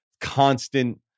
constant